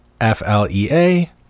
F-L-E-A